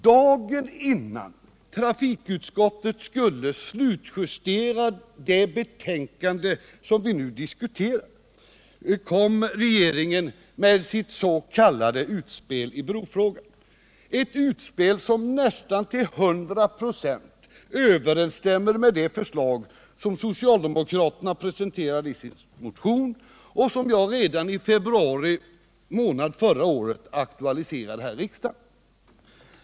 Dagen innan trafikutskottet skulle slutjustera det betänkande vi nu debatterar kom regeringen med sitt s.k. utspel i brofrågan, som nästan till hundra procent överensstämmer med det förslag som socialdemokraterna presenterade i sin motion och som jag redan i februari månad förra året aktualiserade här i riksdagen.